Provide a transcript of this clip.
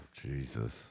Jesus